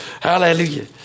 Hallelujah